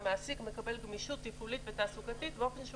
והמעסיק מקבל גמישות טיפולית ותעסוקתית באופן שהוא